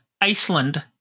Iceland